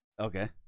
Okay